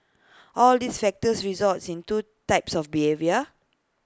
all these factors results in two types of behaviour